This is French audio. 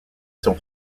sont